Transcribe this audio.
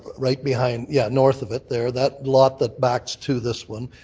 right behind yeah, north of it there, that lot that backs to this one,